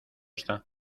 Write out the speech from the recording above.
está